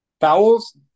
Vowels